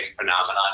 phenomenon